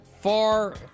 far